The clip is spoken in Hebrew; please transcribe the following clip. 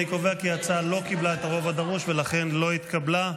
אני קובע כי ההצעה לא קיבלה את הרוב הדרוש ולכן לא התקבלה.